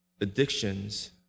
addictions